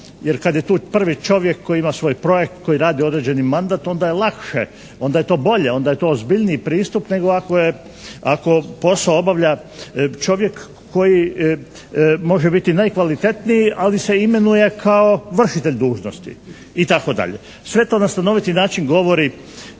Jer kad je tu prvi čovjek koji ima svoj projekt, koji radi određeni mandat onda je lakše, onda je to bolje, onda je to ozbiljniji pristup nego ako je, ako posao obavlja čovjek koji može biti najkvalitetniji, ali se imenuje kao vršitelj dužnosti itd. Sve to na stanoviti način govori